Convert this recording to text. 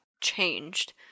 changed